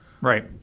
right